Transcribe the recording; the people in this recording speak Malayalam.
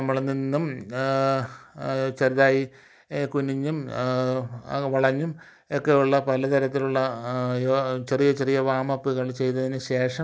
നമ്മൾ നിന്നും ചെറുതായി കുനിഞ്ഞും അത് വളഞ്ഞും ഒക്കെയുള്ള പലതരത്തിലുള്ള ചെറിയ ചെറിയ വാമപ്പുകൾ ചെയ്തതിന് ശേഷം